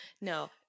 No